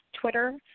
Twitter